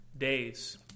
Days